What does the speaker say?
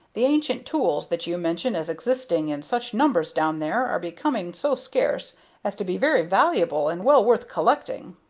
the ancient tools that you mention as existing in such numbers down there are becoming so scarce as to be very valuable and well worth collecting.